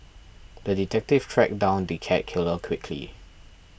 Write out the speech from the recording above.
the detective tracked down the cat killer quickly